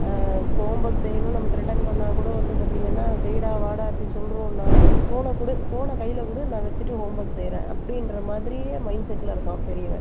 home work செய்யணும் நம்ம threaten பண்ணாக்கூட வந்து பார்த்தீங்கனா செய்டா வாடா அப்படினு சொல்லுறோனாக்கூட ஃபோனை கொடு ஃபோனை கையில் கொடு நான் வெச்சுட்டு ஹோம் ஒர்க் செய்கிறேன் அப்படின்ற மாதிரியே மைண்ட்செட்டில் இருக்கான் பெரியவன்